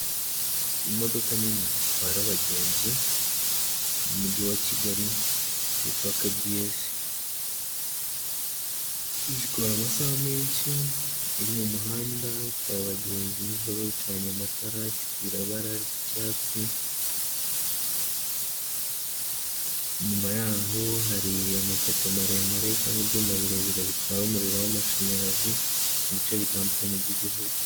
Imodoka nini zitwara abagenzi mu Mujyi wa Kigali zitwa KBS, zikora amasaha menshi, iri mu muhanda, itwaye abagenzi nijoro, icanye amatara, ifite ibara ry'icyatsi, inyuma yaho hari amapoto maremare cyangwa ibyuma birebire bitwara umuriro w'amashanyarazi mu bice bitandukanye by'igihugu.